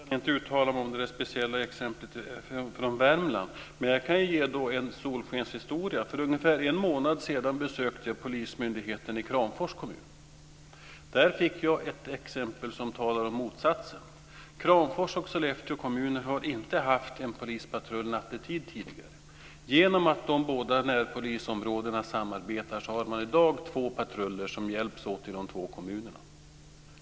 Fru talman! Jag kan inte uttala mig om det där speciella exemplet från Värmland. Men jag kan ju då berätta en solskenshistoria. För ungefär en månad sedan besökte jag polismyndigheten i Kramfors kommun. Där fick jag ett exempel som talar om motsatsen. Kramfors och Sollefteå kommuner har inte haft en polispatrull nattetid tidigare. Genom att de båda närpolisområdena samarbetar har man i dag två patruller som hjälps åt i de två kommunerna.